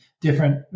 different